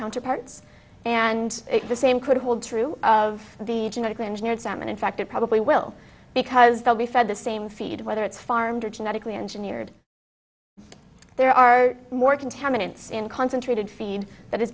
counterparts and the same could hold true of the genetically engineered salmon in fact it probably will because they'll be fed the same feed whether it's farmed or genetically engineered there are more contaminants in concentrated feed that